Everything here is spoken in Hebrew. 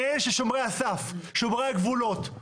מאלה ששומרי הסף, שומרי הגבולות,